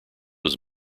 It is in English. was